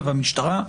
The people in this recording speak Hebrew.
והמשטרה,